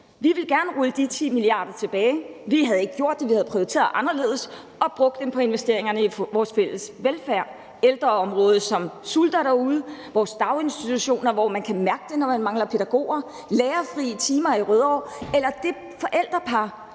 Vi vil gerne rulle de 10 mia. kr. tilbage. Vi havde ikke gjort det, vi havde prioriteret anderledes og brugt dem på investeringer i vores fælles velfærd – ældreområdet, som sulter derude, vores daginstitutioner, hvor det kan mærkes, når der mangler pædagoger, lærerfri timer i Rødovre eller det forældrepar,